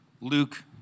Luke